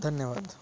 धन्यवाद